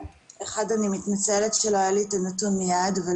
אני מתנצלת שלא היה לי את הנתון מיד אבל